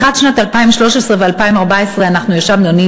לקראת שנת 2013 2014 אנחנו ישבנו,